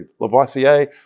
Lavoisier